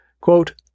Quote